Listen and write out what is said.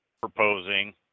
proposing